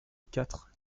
quatre